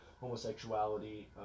homosexuality